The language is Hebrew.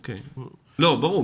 ברור.